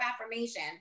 affirmation